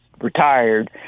retired